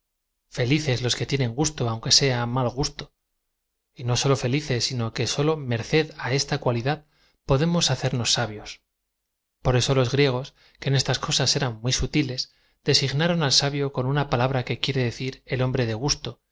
felicas los que tienen gusto aunque sea mal gusto t no sólo felices sino que sólo merced á esta cualidad podemos hacerncs sabios por eso los griegos que en estas cosas eran muy sutiles designaron al sabio con una palabra que quiere decir el hombre de gusto